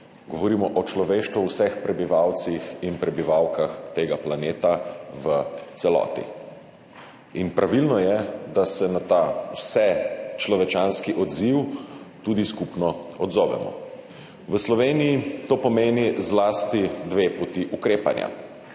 Govorimo o človeštvu, o vseh prebivalcih in prebivalkah tega planeta v celoti, in pravilno je, da se na ta vsečlovečanski izziv tudi skupno odzovemo. V Sloveniji to pomeni zlasti dve poti ukrepanja.